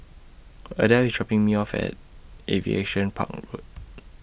Adell IS dropping Me off At Aviation Park Road